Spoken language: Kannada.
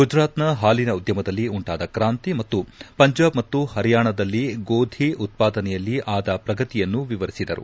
ಗುಜರಾತ್ ನ ಹಾಲಿನ ಉದ್ಯಮದಲ್ಲಿ ಉಂಟಾದ ಕ್ರಾಂತಿ ಮತ್ತು ಪಂಜಾಬ್ ಮತ್ತು ಹರ್ಯಾಣದಲ್ಲಿ ಗೋಧಿ ಉತ್ಪಾದನೆಯಲ್ಲಿ ಆದ ಪ್ರಗತಿಯನ್ನು ವಿವರಿಸಿದರು